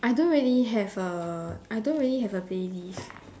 I don't really have a I don't really have a playlist